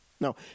No